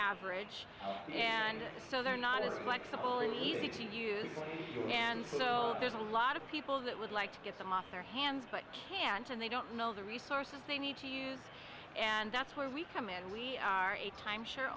average and so they're not as flexible and easy to use and so there's a lot of people that would like to get them off their hands but can't and they don't know the resources they need to use and that's where we come in we are a timeshare